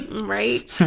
Right